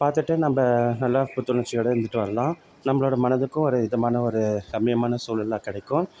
பார்த்துட்டு நம்ப நல்லா புத்துணர்ச்சியோட இருந்துவிட்டு வரலாம் நம்பளோட மனதுக்கும் ஒரு இதமான ஒரு ரம்மியமான சூழலா கிடைக்கும்